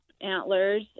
antlers